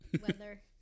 weather